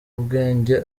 ubwenge